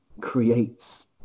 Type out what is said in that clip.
creates